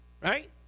Right